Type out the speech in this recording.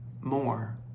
more